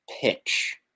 pitch